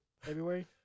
February